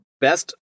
Best